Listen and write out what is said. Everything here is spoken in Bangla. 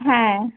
হ্যাঁ